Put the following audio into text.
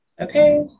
Okay